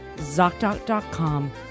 ZocDoc.com